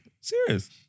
Serious